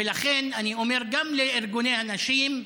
ולכן אני אומר גם לארגוני הנשים: